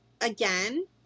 again